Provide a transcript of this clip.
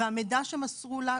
והמידע שמסרו לה,